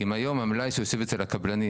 אם היום המלאי שיושב אצל הקבלנים,